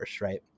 Right